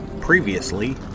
Previously